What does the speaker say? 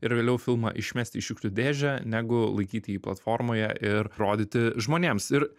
ir vėliau filmą išmesti į šiukšlių dėžę negu laikyti jį platformoje ir rodyti žmonėms ir